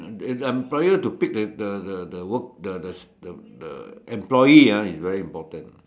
it employer to pick with the the the work the the the the employee ah is very important